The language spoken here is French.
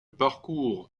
parcours